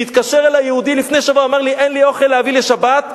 כשהתקשר אלי יהודי לפני שבוע ואמר: אין לי אוכל להביא לשבת,